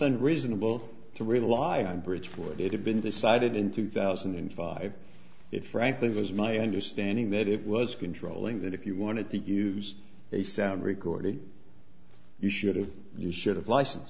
unreasonable to rely on bridge for it had been decided in two thousand and five it frankly was my understanding that it was controlling that if you wanted to use a sound recording you should have you should have license